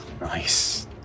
Nice